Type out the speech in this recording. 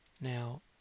now